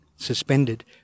suspended